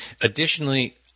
Additionally